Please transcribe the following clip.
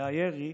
היה ירי,